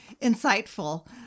insightful